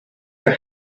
her